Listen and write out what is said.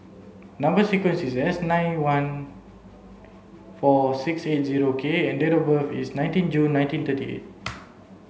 number sequence is S nine one four six eight zero K and date of birth is nineteen June nineteen thirty eight